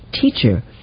Teacher